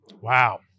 Wow